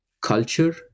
culture